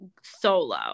solo